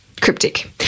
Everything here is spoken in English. Cryptic